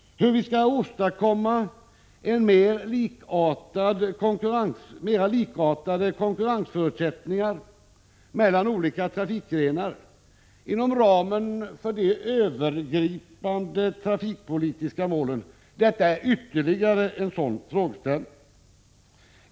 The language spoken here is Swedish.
Hur vi skall åstadkomma mera likartade konkurrensförutsättningar mellan olika trafikgrenar inom ramen för de övergripande trafikpolitiska målen är ytterligare en sådan frågeställning.